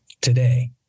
today